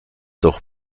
doch